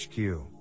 HQ